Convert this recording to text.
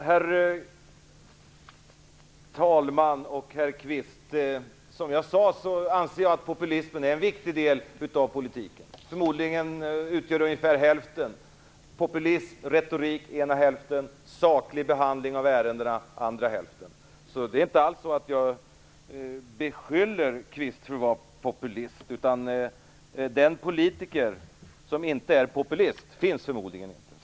Herr talman! Herr Kvist! Som jag sade anser jag att populismen är en viktig del av politiken. Förmodligen utgör den ungefär hälften. Populism och retorik utgör ena hälften, medan saklig behandling av ärendena utgör den andra. Det är inte alls så att jag beskyller Kvist för att vara populist. Den politiker som inte är populist finns förmodligen inte.